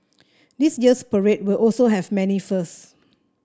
this year's parade will also have many firsts